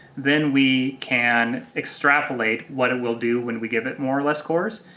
then we can extrapolate what it will do when we give it more or less cores.